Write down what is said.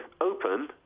open